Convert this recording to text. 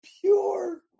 pure